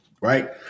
Right